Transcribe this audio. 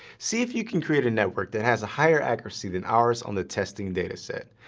see if you can create a network that has a higher accuracy than ours on the testing dataset.